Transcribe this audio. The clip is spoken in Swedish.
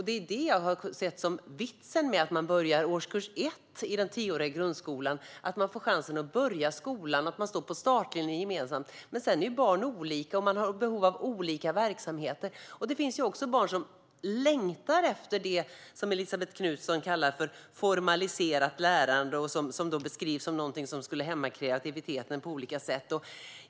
Det är detta jag har sett som vitsen med att man börjar i årskurs 1 i den tioåriga grundskolan: att man får chansen att börja skolan och står på startlinjen gemensamt. Sedan är barn olika och har behov av olika verksamheter. Det finns ju också barn som längtar efter det som Elisabet Knutsson kallar för formaliserat lärande och som beskrivs som något som skulle hämma kreativiteten på olika sätt.